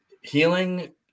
healing